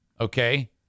Okay